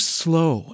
slow